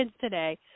today